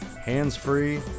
hands-free